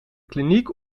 kliniek